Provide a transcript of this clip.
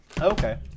Okay